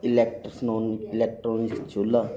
ਇਲੈਕਟਸਨੋਨ electronic Chulha